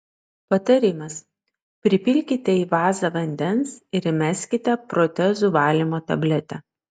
patarimas pripilkite į vazą vandens ir įmeskite protezų valymo tabletę